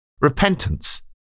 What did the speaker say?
Repentance